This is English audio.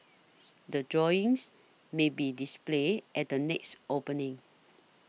the drawings may be displayed at the next opening